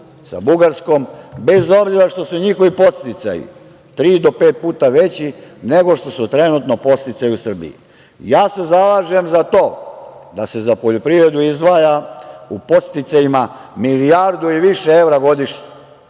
sa Bugarskom, bez obzira što su njihovi podsticaji tri do pet puta veći nego što su trenutno podsticaji u Srbiji. Ja se zalažem za to da se za poljoprivredu izdvaja u podsticajima milijardu i više evra godišnje,